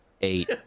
Eight